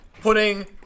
Putting